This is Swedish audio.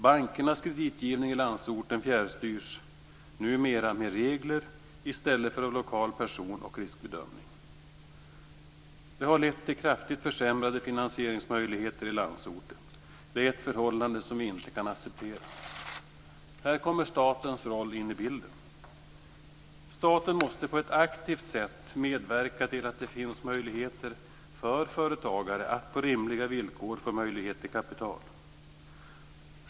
Bankernas kreditgivning i landsorten fjärrstyrs numera med regler i stället för av lokala personer och riskbedömningar. Detta har lett till kraftigt försämrade finansieringsmöjligheter i landsorten, ett förhållande som inte kan accepteras. Här kommer statens roll in i bilden. Staten måste på ett aktivt sätt medverka till att företagare ges möjligheter att på rimliga villkor få tillgång till kapital.